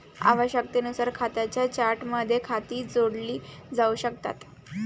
आवश्यकतेनुसार खात्यांच्या चार्टमध्ये खाती जोडली जाऊ शकतात